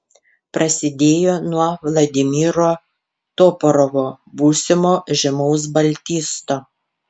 prasidėjo nuo vladimiro toporovo būsimo žymaus baltisto